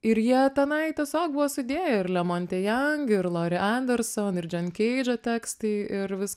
ir jie tenai tiesiog buvo sudėję ir la monte jang ir lori anderson ir džon keidžo tekstai ir vis